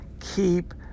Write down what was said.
keep